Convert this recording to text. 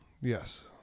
Yes